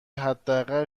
حداقل